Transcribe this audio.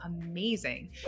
amazing